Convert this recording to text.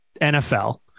NFL